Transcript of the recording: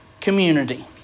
community